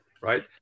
right